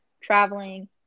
traveling